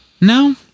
no